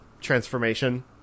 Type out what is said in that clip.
transformation